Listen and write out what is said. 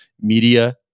Media